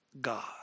God